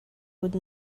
would